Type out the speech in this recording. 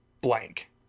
blank